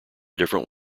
different